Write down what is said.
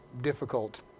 difficult